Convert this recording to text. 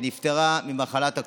שנפטרה ממחלת הקורונה.